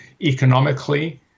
economically